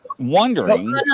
Wondering